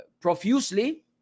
profusely